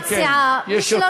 אנא מכם -- אני מציעה,